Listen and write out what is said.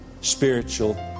spiritual